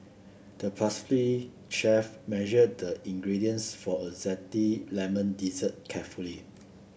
the pastry chef measured the ingredients for a zesty lemon dessert carefully